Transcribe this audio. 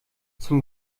zum